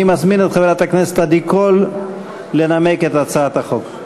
אני מזמין את חברת הכנסת עדי קול לנמק את הצעת החוק.